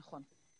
נכון.